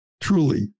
Truly